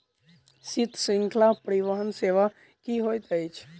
शीत श्रृंखला परिवहन सेवा की होइत अछि?